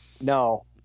No